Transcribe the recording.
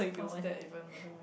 what's that even I don't reme~